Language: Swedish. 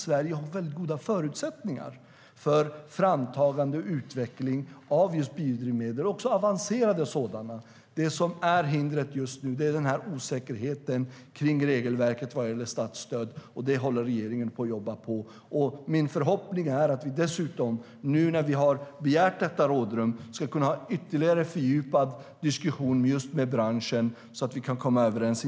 Sverige har väldigt goda förutsättningar för framtagande och utveckling av biodrivmedel och också avancerade sådana. Det som är hindret just nu är osäkerheten om regelverket vad gäller statsstöd. Det håller regeringen på att jobba med. Min förhoppning är att vi dessutom, nu när vi har begärt detta rådrum, ska kunna ha ytterligare fördjupad diskussion med branschen så att vi kan komma överens.